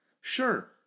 Sure